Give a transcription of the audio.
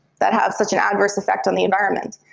that have such an adverse effect on the environment.